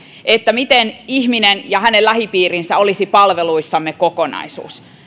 miten ihminen ja hänen lähipiirinsä olisi palveluissamme kokonaisuus